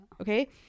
okay